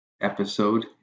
episode